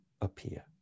appear